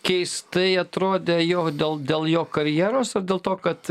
keistai atrodė jo dėl dėl jo karjeros ar dėl to kad